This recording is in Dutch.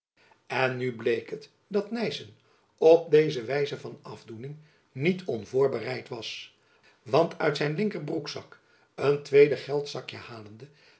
en nu bleek het dat nyssen op deze wijze van afdoening niet onvoorbereid was want uit zijn linker broekzak een tweede geldzakjen halende